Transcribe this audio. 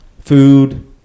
food